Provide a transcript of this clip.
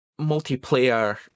multiplayer